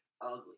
ugly